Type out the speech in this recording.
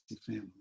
family